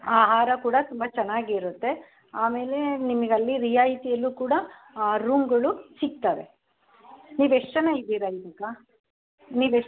ಆಹಾರ ಕೂಡ ತುಂಬ ಚೆನ್ನಾಗಿರುತ್ತೆ ಆಮೇಲೆ ನಿಮಗ್ ಅಲ್ಲಿ ರಿಯಾಯತಿಯಲ್ಲು ಕೂಡ ರೂಮ್ಗಳು ಸಿಗ್ತವೆ ನೀವು ಎಷ್ಟು ಜನ ಇದ್ದೀರಾ ಈಗ ನೀವು ಎಷ್ಟ್